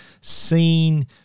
seen